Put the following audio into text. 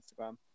instagram